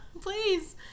Please